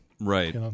right